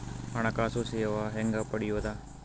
ಹಣಕಾಸು ಸೇವಾ ಹೆಂಗ ಪಡಿಯೊದ?